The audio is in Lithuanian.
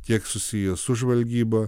tiek susiję su žvalgyba